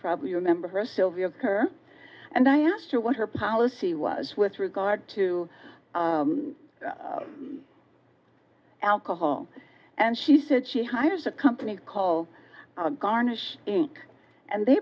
probably remember her sylvia her and i asked her what her policy was with regard to alcohol and she said she hires a company called garnish inc and they